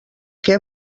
què